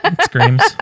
screams